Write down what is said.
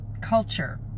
Culture